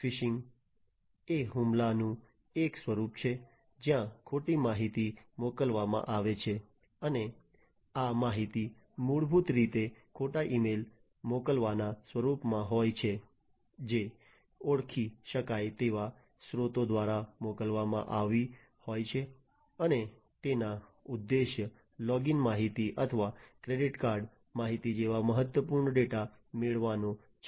fishing એ હુમલાનું એક સ્વરૂપ છે જ્યાં ખોટી માહિતી મોકલવામાં આવે છે અને આ માહિતી મૂળભૂત રીતે ખોટા ઈમેલ મોકલવાના સ્વરૂપમાં હોય છે જે ઓળખી શકાય તેવા સ્ત્રોતો દ્વારા મોકલવામાં આવી હોય છે અને તેનો ઉદ્દેશ્ય લોગિન માહિતી અથવા ક્રેડીટકાર્ડ માહિતી જેવા મહત્વપૂર્ણ ડેટા મેળવવાનો છે